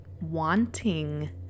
wanting